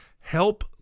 help